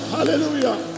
Hallelujah